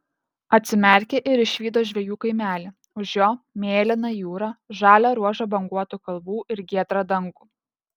atsimerkė ir išvydo žvejų kaimelį už jo mėlyną jūrą žalią ruožą banguotų kalvų ir giedrą dangų